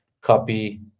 copy